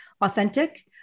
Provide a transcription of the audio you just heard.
authentic